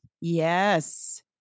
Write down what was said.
Yes